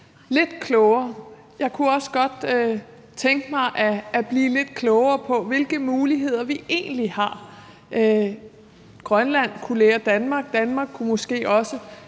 lidt klogere. Jeg kunne også godt tænke mig at blive lidt klogere på, hvilke muligheder vi egentlig har. Grønland kunne lære af Danmark, Danmark kunne måske også